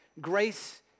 Grace